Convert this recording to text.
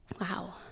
wow